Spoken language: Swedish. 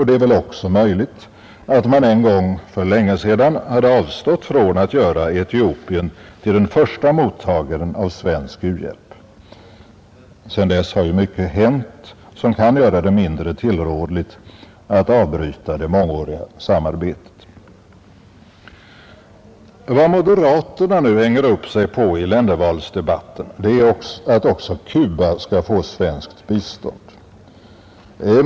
Det är väl också möjligt att man en gång för länge sedan hade avstått från att göra Etiopien till den första mottagaren av svensk u-hjälp. Sedan dess har ju mycket hänt som kan göra det mindre tillrådligt att avbryta det mångåriga samarbetet. Vad moderaterna nu hänger upp sig på i ländervalsdebatten är att också Cuba skall få svenskt bistånd.